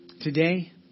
today